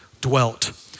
dwelt